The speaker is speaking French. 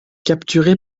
capturé